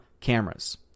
cameras